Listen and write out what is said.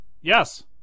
Yes